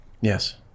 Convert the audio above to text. yes